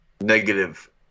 negative